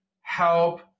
help